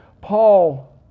Paul